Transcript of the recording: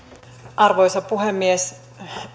arvoisa puhemies